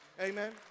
Amen